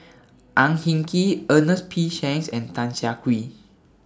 Ang Hin Kee Ernest P Shanks and Tan Siah Kwee